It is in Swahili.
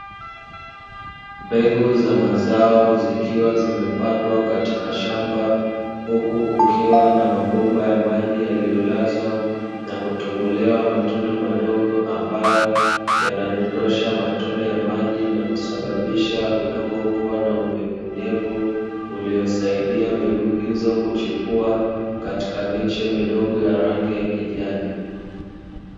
Mbegu za mazao zikiwa zimepandwa katika shamba, huku kukiwa na mabomba ya maji yaliyolazwa na kutobolewa matundu madogo ambayo yanadondosha matone ya maji, na kusababisha udongo kuwa na unyevu unyevu uliosaidia mbegu hizo kuchipua, katika miti midogo ya rangi ya kijani.